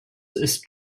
ist